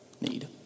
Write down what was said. need